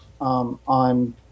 on